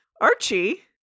Archie